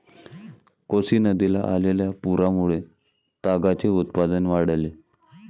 कोसी नदीला आलेल्या पुरामुळे तागाचे उत्पादन वाढले